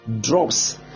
drops